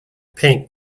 paint